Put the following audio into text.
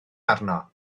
arno